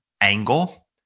angle